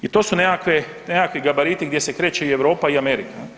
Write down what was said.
I to su nekakvi gabariti gdje se kreće i Europa i Amerika.